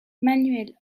manuel